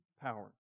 power